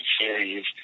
serious